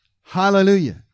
Hallelujah